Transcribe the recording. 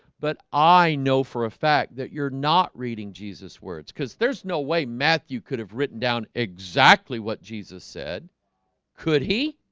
but i know for a fact that you're not reading jesus words cuz there's no way matthew could have written down exactly what jesus said could he